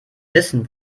wissen